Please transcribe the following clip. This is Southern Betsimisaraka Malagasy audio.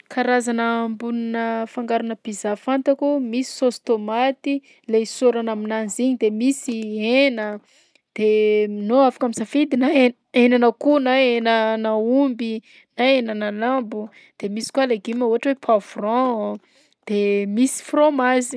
Karazana amboninà fangaronà pizza fantako: misy saosy tômaty le hisorana aminanzy iny, de misy hena, de m- nao afaka misafidy na he- henan'akoho na henan'aomby na henanà lambo, de misy koa legioma ohatra hoe poivron de misy frômazy.